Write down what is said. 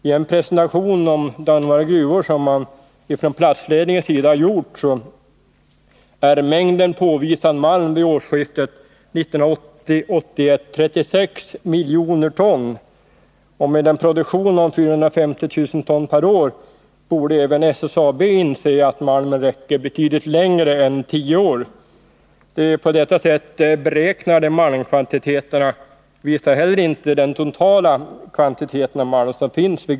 I en presentation av Dannemora gruvor som platsledningen gjort framhålls att mängden påvisad malm vid årsskiftet 1980-1981 uppgår till 36 miljoner ton. Med en produktion på 450 000 ton per år borde även SSAB inse att malmen räcker betydligt längre än tio år. De på detta sätt beräknade malmkvantiteterna utgör inte heller den totala mängden malm på gruvfältet.